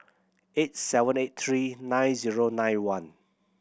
eight seven eight three nine zero nine one